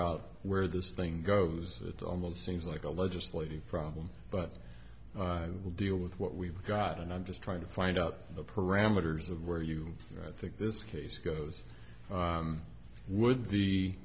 out where this thing goes it almost seems like a legislative problem but we'll deal with what we've got and i'm just trying to find out the parameters of where you think this case goes